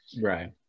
Right